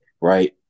right